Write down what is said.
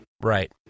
right